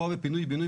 פה בפינוי בינוי,